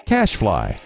CashFly